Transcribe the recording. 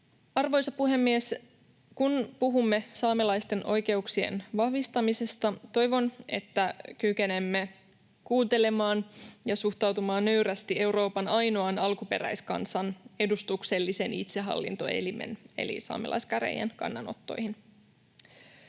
Arvoisa puhemies! Kun puhumme saamelaisten oikeuksien vahvistamisesta, toivon, että kykenemme kuuntelemaan ja suhtautumaan nöyrästi Euroopan ainoan alkuperäiskansan edustuksellisen itsehallintoelimen eli saamelaiskäräjien kannanottoihin.